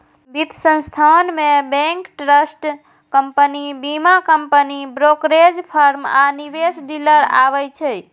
वित्त संस्थान मे बैंक, ट्रस्ट कंपनी, बीमा कंपनी, ब्रोकरेज फर्म आ निवेश डीलर आबै छै